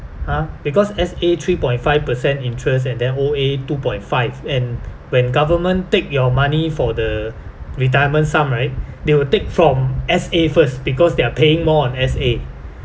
ah because S_A three point five percent interest and then O_A two point five and when government take your money for the retirement sum right they will take from S_A first because they are paying more on S_A